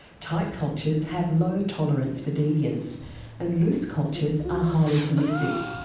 tight cultures have low tolerance for deviance and loose cultures are highly permissive.